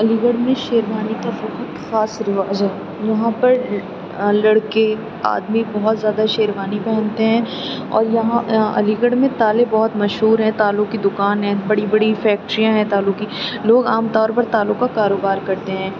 علی گڑھ میں شیروانی کا بہت خاص رواج ہے یہاں پر لڑکے آدمی بہت زیادہ شیروانی پہنتے ہیں اور یہاں علی گڑھ میں تالے بہت مشہور ہیں تالوں کی دکان ہیں بڑی بڑی فیکٹریاں ہیں تالوں کی لوگ عام طور پر تالوں کا کاروبار کرتے ہیں